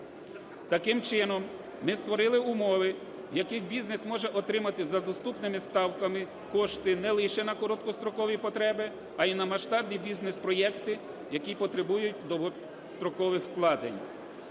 Таким чином, ми створили умови, в яких бізнес може отримати за доступними ставками кошти не лише на короткострокові потреби, й на масштабні бізнес-проекти, які потребують довгострокових вкладень.